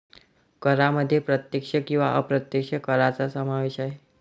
करांमध्ये प्रत्यक्ष किंवा अप्रत्यक्ष करांचा समावेश आहे